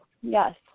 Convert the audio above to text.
Yes